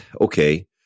okay